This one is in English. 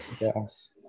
Yes